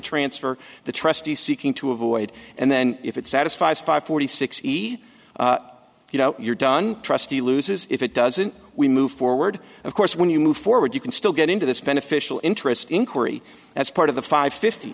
transfer the trustee seeking to avoid and then if it satisfies five forty six he you know you're done trustee loses if it doesn't we move forward of course when you move forward you can still get into this beneficial interest inquiry as part of the five fifty